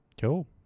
Cool